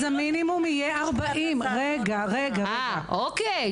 אז המינימום יהיה 40. אוקיי.